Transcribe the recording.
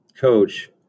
Coach